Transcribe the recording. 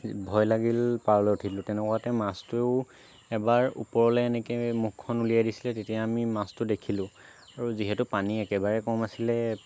ভয় লাগিল পাৰলে উঠি দিলো তেনেকুৱাতে মাছটোৱেও এবাৰ ওপৰলে এনেকে মুখখন উলিয়াই দিছিলে তেতিয়া আমি মাছটো দেখিলো আৰু যিহেতু পানী একেবাৰেই কম আছিলে